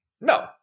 No